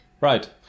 Right